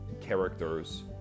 characters